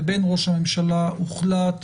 לבין ראש הממשלה הוחלט